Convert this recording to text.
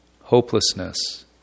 Hopelessness